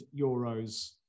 euros